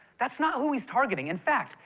that's not who he's targeting. in fact,